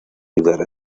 ayudar